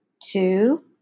Two